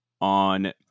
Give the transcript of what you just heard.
on